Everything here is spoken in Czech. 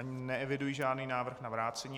Neeviduji žádný návrh na vrácení.